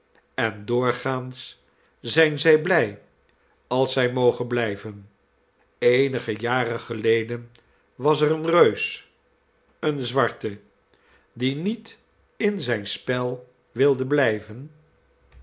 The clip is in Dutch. en doorgaans zijn zij blij als zj mogen blijven eenige jaren geleden was er een reus een zwarte die niet in zijn spel wilde blijven